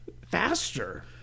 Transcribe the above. faster